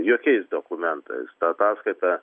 jokiais dokumentais ta ataskaita